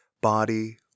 body